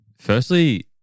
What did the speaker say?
Firstly